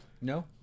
No